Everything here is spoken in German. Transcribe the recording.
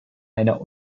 einer